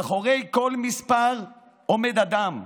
מאחורי כל מספר עומד אדם,